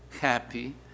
happy